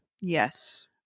Yes